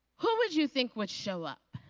who would you think would show up?